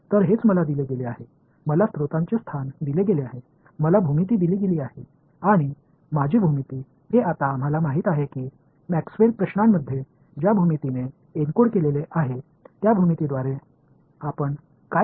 எனவே இதுதான் எனக்கு வழங்கப்பட்டுள்ளது எனக்கு ஆதாரங்களின் நிலை வழங்கப்பட்டுள்ளது எனக்கு வடிவவியலும் வழங்கப்பட்டுள்ளன வடிவவியலால் என்று நாம் எதை சொல்கிறோம் மேக்ஸ்வெல் வெளிப்பாடுகளில் வடிவியல் எவ்வாறு என்கோடடு செய்யப்பட்டுள்ளது மாணவர் அனுமதி மற்றும் ஊடுருவு திறன்